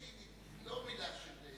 לא מלה של פחד.